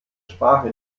sprache